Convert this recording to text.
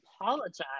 apologize